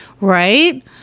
right